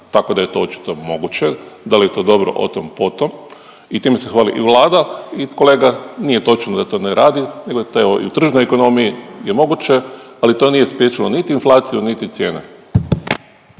tako da je to očito moguće, da li je to dobro o tom potom i time se hvali i Vlada. I kolega nije točno da to ne radi jer je to i u tržišnoj ekonomiji je moguće, ali to nije spriječilo niti inflaciju niti cijene.